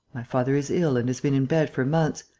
my father is ill and has been in bed for months.